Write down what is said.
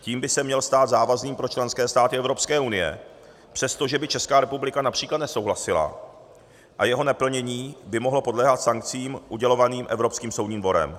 Tím by se měl stát závazným pro členské státy Evropské unie, přestože by Česká republika například nesouhlasila, a jeho neplnění by mohlo podléhat sankcím udělovaným Evropským soudním dvorem.